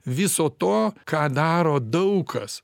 viso to ką daro daug kas